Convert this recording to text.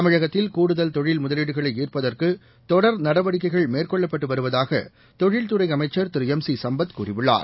தமிழகத்தில் கூடுதல் தொழில் முதலீடுகளை ஈள்ப்பதற்கு தொடர் நடவடிக்கைகள் மேற்கொள்ளப்பட்டு வருவதாக தொழில்துறை அமைச்சர் திரு எம் சி சம்பத் கூறியுள்ளார்